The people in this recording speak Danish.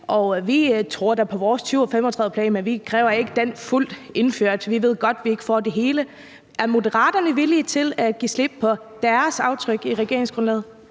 vi tror da på vores 2035-plan, men vi kræver den ikke fuldt indført, for vi ved godt, vi ikke får det hele. Er Moderaterne villige til at give slip på deres aftryk i regeringsgrundlaget?